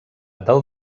del